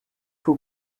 who